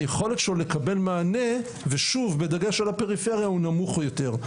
היכולת שלו לקבל מענה ושוב בדגש על הפריפריה הוא נמוך יותר,